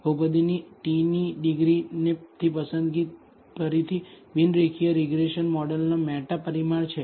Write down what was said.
બહુપદી થી t ની ડિગ્રીની પસંદગી ફરીથી બિન રેખીય રીગ્રેસન મોડેલનો મેટા પરિમાણ છે